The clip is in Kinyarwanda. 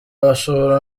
bashobora